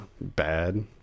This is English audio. bad